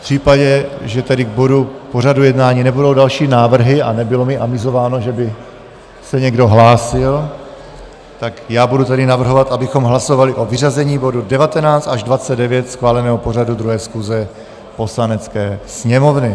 V případě, že tedy k bodu pořadu jednání nebudou další návrhy, a nebylo mi avizováno, že by se někdo hlásil, tak budu tedy navrhovat, abychom hlasovali o vyřazení bodů 19 až 29 schváleného pořadu 2. schůze Poslanecké sněmovny.